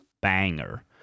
banger